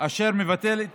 שמבטל את